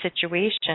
situation